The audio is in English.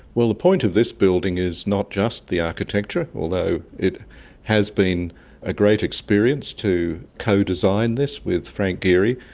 well, the point of this building is not just the architecture, although it has been a great experience to co-design this with frank gehry.